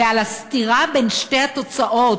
על הסתירה בין שתי התוצאות,